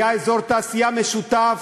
היה אזור תעשייה משותף,